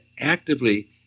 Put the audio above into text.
actively